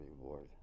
reward